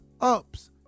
ups